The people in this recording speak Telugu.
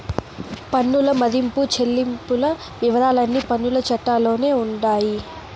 పన్నుల మదింపు చెల్లింపుల వివరాలన్నీ పన్నుల చట్టాల్లోనే ఉండాయి